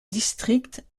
district